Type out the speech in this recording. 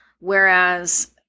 Whereas